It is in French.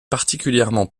particulièrement